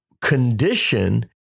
condition